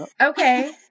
Okay